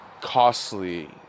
costly